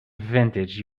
vintage